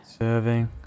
serving